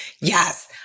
Yes